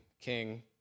king